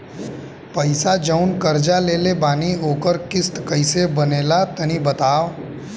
पैसा जऊन कर्जा लेले बानी ओकर किश्त कइसे बनेला तनी बताव?